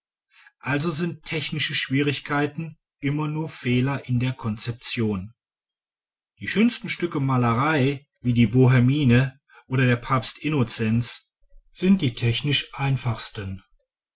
also sind technische schwierigkeiten immer nur fehler in der konzeption die schönsten stücke malerei wie die bohmienne oder der papst innocenz sind die technisch einfachsten